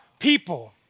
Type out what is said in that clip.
people